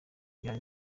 byari